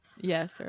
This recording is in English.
yes